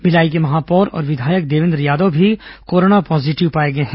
मिलाई के महापौर और विधायक देवेन्द्र यादव भी कोरोना पॉजीटिव पाए गए हैं